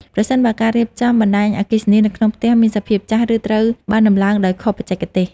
ប្រសិនបើការរៀបចំបណ្ដាញអគ្គិសនីនៅក្នុងផ្ទះមានសភាពចាស់ ឬត្រូវបានតម្លើងដោយខុសបច្ចេកទេស។